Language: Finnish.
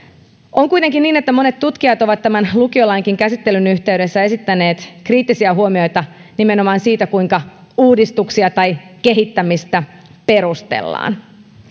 on kuitenkin niin että monet tutkijat ovat tämän lukiolainkin käsittelyn yhteydessä esittäneet kriittisiä huomioita nimenomaan siitä kuinka uudistuksia tai kehittämistä perustellaan